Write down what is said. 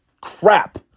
crap